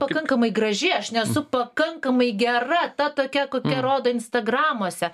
pakankamai graži aš nesu pakankamai gera ta tokia kokią rodo instagramuose